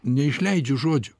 neišleidžiu žodžių